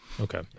Okay